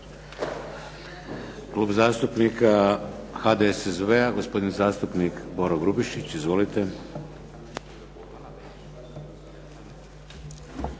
Kluba zastupnika SDSS-a gospodin zastupnik Mile Horvat. Izvolite.